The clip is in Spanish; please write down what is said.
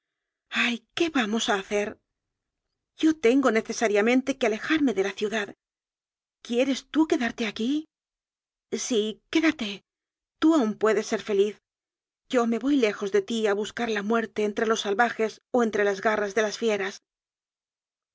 ay qué va mos a hacer yo tengo necesariamente que ale jarme de la ciudad quieres tú quedarte aquí sí quédate tú aún puedes ser feliz yo me voy lejos de ti a buscar la muerte entre los salvajes o entre las garras de las fieras